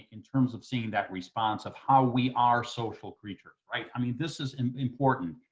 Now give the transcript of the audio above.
in terms of seeing that response, of how we are social creatures, right? i mean, this is and important.